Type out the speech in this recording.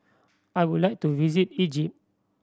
I would like to visit Egypt